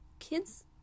kids